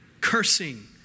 cursing